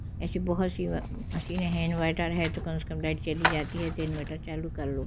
ऐसी बहुत सी मशीनें हैं इनवर्टर है तो कम से कम लाइट चली जाती है तो इनवर्टर चालू कर लो